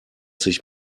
sich